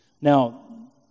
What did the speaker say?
Now